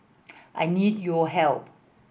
I need your help